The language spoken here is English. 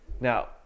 Now